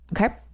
Okay